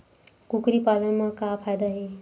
कुकरी पालन म का फ़ायदा हे?